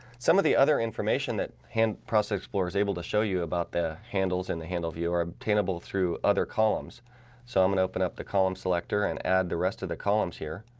some of the other information that and process explorer is able to show you about the handles in the handle view are obtainable through other columns so i'm gonna open up the column selector and add the rest of the columns here